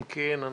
אם כן,